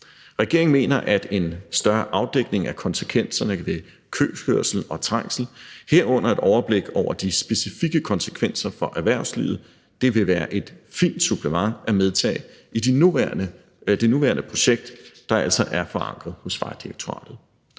Regeringen mener, at en større afdækning af konsekvenserne af køkørsel og trængsel, herunder et overblik over de specifikke konsekvenser for erhvervslivet, vil være et fint supplement at medtage i det nuværende projekt, der altså er forankret hos Vejdirektoratet.